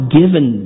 given